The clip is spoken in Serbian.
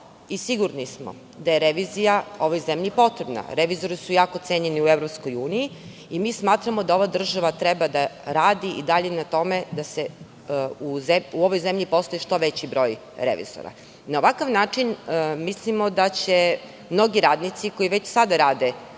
i sigurni smo da je revizija ovoj zemlji potrebna. Revizori su jako cenjeni u EU. Smatramo da ova država treba da radi i dalje na tome da u ovoj zemlji postoji što veći broj revizora. Na ovakav način, mislimo da će mnogi radnici koji već sada rada